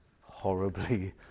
horribly